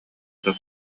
дуо